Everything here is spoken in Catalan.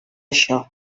això